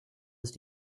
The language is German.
ist